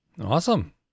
Awesome